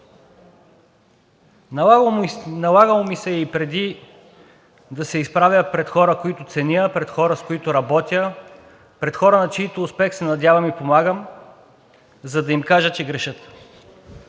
Налагало ми се е и преди да се изправя пред хора, които ценя, пред хора, с които работя, пред хора, на чийто успех се надявам и им помагам, за да им кажа, че грешат.